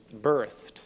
birthed